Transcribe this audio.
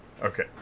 Okay